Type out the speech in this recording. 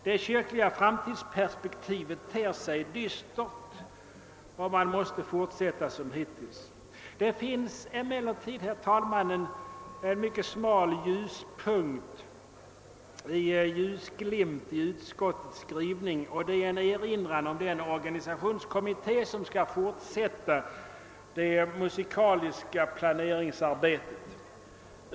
Det kyrkliga framtidsperspektivet ter sig dystert om man måste fortsätta som hittills. Det finns emellertid, herr talman, en mycket smal ljusglimt i utskottets skrivning. Det är en erinran om den organisationskommitté som skall fortsätta det musikaliska planeringsarbetet.